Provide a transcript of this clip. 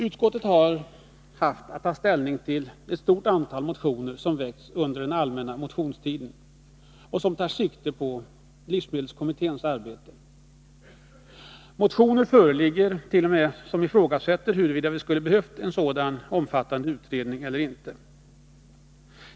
Utskottet har haft att ta ställning till ett stort antal motioner som väckts under den allmänna motionstiden och som tar sikte på livsmedelskommitténs arbete. Motioner föreligger t.o.m. som ifrågasätter huruvida vi skulle ha behövt en sådan omfattande utredning.